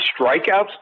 strikeouts